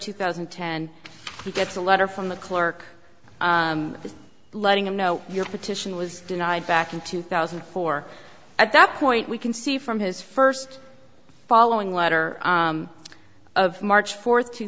two thousand and ten he gets a letter from the clerk letting him know your petition was denied back in two thousand and four at that point we can see from his first following letter of march fourth two